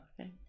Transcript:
Okay